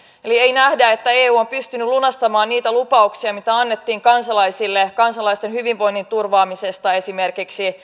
eli ei nähdä että eu on pystynyt lunastamaan niitä lupauksia mitä annettiin kansalaisille kansalaisten hyvinvoinnin turvaamisesta esimerkiksi